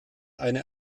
eine